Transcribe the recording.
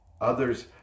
Others